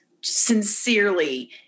sincerely